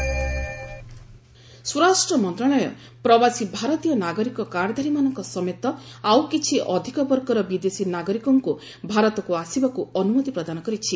ଗଭ୍ OCI card holders ସ୍ୱରାଷ୍ଟ୍ର ମନ୍ତ୍ରଣାଳୟ ପ୍ରବାସୀ ଭାରତୀୟ ନାଗରିକ କାର୍ଡଧାରୀମାନଙ୍କ ସମେତ ଆଉକିଛି ଅଧିକ ବର୍ଗର ବିଦେଶୀ ନାଗରିକଙ୍କୁ ଭାରତକୁ ଆସିବାକୁ ଅନୁମତି ପ୍ରଦାନ କରିଛି